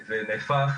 ונהפך,